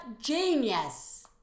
genius